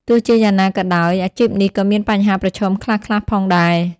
ទោះជាយ៉ាងណាក៏ដោយ អាជីពនេះក៏មានបញ្ហាប្រឈមខ្លះៗផងដែរ។